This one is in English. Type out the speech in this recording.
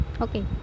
Okay